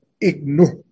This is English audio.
ignore